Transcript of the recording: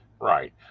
Right